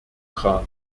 grad